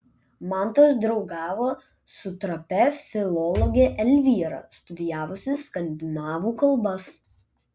mantas draugavo su trapia filologe elvyra studijavusia skandinavų kalbas